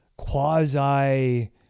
quasi